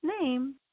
name